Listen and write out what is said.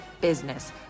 business